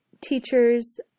teachers